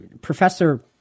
Professor